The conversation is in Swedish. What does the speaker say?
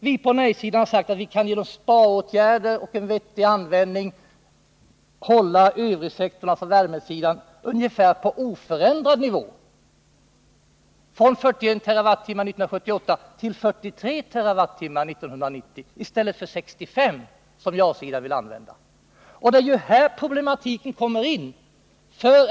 Vi på nej-sidan har sagt att vi genom besparingsåtgärder och en vettig användning kan hålla övrigsektorns elanvändning — värmesidan — på ungefär oförändrad nivå, nämligen från 41 TWh 1978 till 43 TWh 1990, jämfört med de 65 TWh som ja-sidan vill använda. Det är här problematiken kommer in.